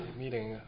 meeting